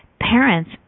parents